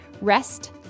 Rest